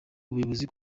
ubuyobozi